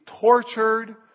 tortured